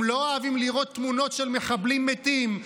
הם לא אוהבים לראות תמונות של מחבלים מתים.